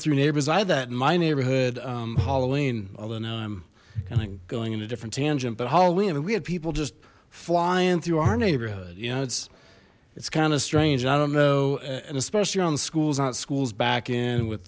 through neighborhoods i that in my neighborhood halloween although i know i'm kind of going in a different tangent but halloween we had people just flying through our neighborhood you know it's it's kind of strange i don't know and especially on the schools not schools back in with